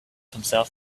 himself